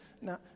Now